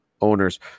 owners